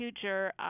future